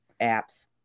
apps